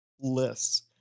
lists